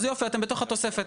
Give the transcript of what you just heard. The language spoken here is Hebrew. אז יופי, אתם בתוך התוספת.